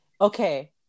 okay